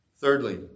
Thirdly